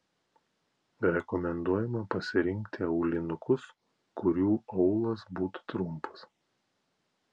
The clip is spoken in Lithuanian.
rekomenduojama pasirinkti aulinukus kurių aulas būtų trumpas